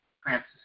Francis